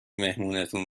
مهمونتون